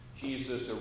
Jesus